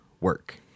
work